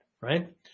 right